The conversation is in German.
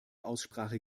aussprache